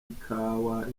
ikawa